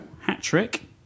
hat-trick